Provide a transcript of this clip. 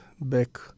back